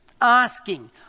Asking